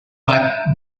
but